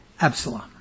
Absalom